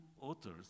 authors